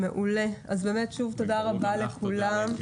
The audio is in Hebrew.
שוב תודה רבה לכולם.